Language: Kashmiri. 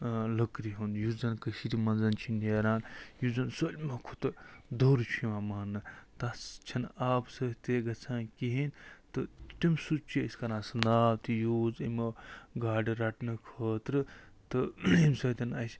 لٔکرِ ہُنٛد یُس زَنہٕ کٔشیٖرِ منٛز چھِ نیران یُس زَنہٕ سٲلِمو کھۄتہٕ دوٚر چھُ یِوان مانٛنہٕ تَس چھَنہٕ آبہٕ سۭتۍ تہِ گژھان کِہیٖنۍ تہٕ تَمہِ سۭتۍ چھُ أسۍ کران سُہ ناو تہِ یوٗز یِمَو گاڈٕ رَٹنہٕ خٲطرٕ تہٕ ییٚمہِ سۭتۍ اَسہِ